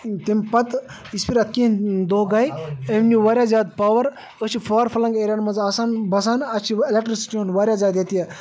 تِم پَتہٕ یِژ پھِرِ اَتھ کینٛہہ دۄہ گٔیے یِم نیٚو واریاہ زیادٕ پاوَر أسۍ چھِ فار فٕلںٛگ ایراہن منٛز آسان بَسان اَسہِ چھِ اٮ۪لکٹِرٛسِٹی ہُنٛد واریاہ زیادٕ ییٚتہِ